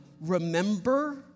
remember